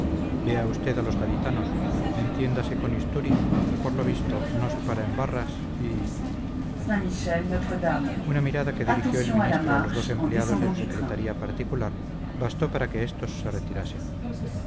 vea usted a los gaditanos entiéndase con istúriz que por lo visto no se para en barras y una mirada que dirigió el ministro a los dos empleados de su secretaría particular bastó para que estos se retirasen